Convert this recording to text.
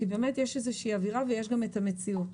כי יש אווירה ויש את המציאות.